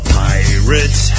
pirates